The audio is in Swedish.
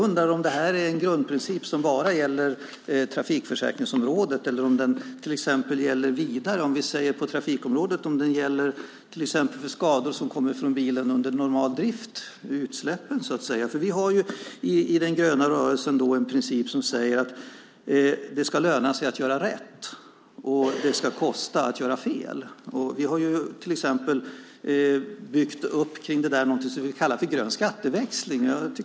Är det en grundprincip som bara gäller trafikförsäkringsområdet eller gäller den till exempel i vidare mening? Gäller den på trafikområdet för till exempel skador som kommer från bilen under normal drift - utsläppen? Vi har i den gröna rörelsen en princip som säger att det ska löna sig att göra rätt och det ska kosta att göra fel. Vi har byggt upp något vi kallar grön skatteväxling runt detta.